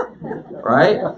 right